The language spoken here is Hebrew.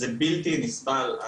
זה בלתי נסבל,